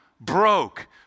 broke